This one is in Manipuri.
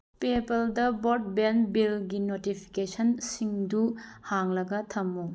ꯄꯦꯄꯥꯜꯗ ꯕ꯭ꯔꯣꯗꯕꯦꯟ ꯕꯤꯜꯒꯤ ꯅꯣꯇꯤꯐꯤꯀꯦꯁꯟ ꯁꯤꯡꯗꯨ ꯍꯥꯡꯂꯒ ꯊꯝꯎ